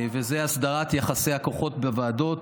וזה הסדרת יחסי הכוחות בוועדות.